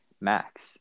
Max